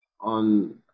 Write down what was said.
On